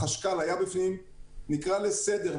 החשכ"ל היה בפנים והוא נקרא לסדר.